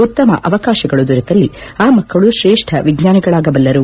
ಉತ್ತಮ ಅವಕಾಶಗಳು ದೊರೆತಲ್ಲಿ ಆ ಮಕ್ಕಳು ಶ್ರೇಷ್ಠ ವಿಜ್ವಾನಿಗಳಾಗಬಲ್ಲರು